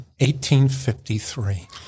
1853